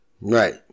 Right